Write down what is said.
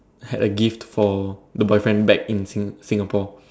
had a gift for the boyfriend back in Sing~ Singapore